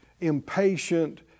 impatient